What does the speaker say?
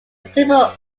simple